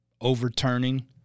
overturning –